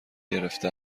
گرفته